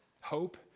hope